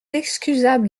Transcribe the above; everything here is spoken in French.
excusable